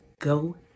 Go